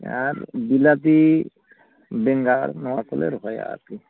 ᱟᱨ ᱵᱤᱞᱟᱹᱛᱤ ᱵᱮᱸᱜᱟᱲ ᱱᱚᱣᱟ ᱠᱚᱞᱮ ᱨᱚᱦᱚᱭᱟ ᱟᱨᱠᱤ